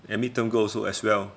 and mid term goal also as well